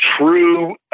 true